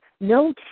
no